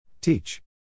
Teach